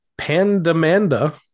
Pandamanda